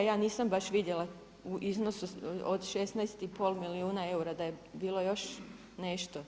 Ja nisam baš vidjela u iznosu od 16,5 milijuna eura da je bilo još nešto.